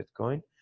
Bitcoin